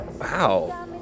Wow